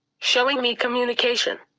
showing me communication.